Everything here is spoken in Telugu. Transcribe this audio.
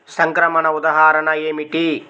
సంక్రమణ ఉదాహరణ ఏమిటి?